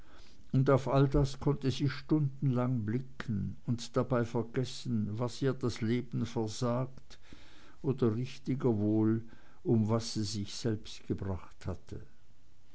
und auf all das konnte sie stundenlang blicken und dabei vergessen was ihr das leben versagt oder richtiger wohl um was sie sich selbst gebracht hatte